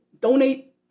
donate